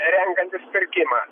renkantis pirkimą